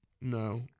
No